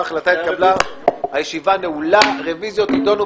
1 הצעת חוק הבטחת הכנסה (הוראת שעה ותיקוני חקיקה)